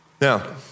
Now